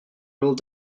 rolled